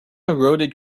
eroded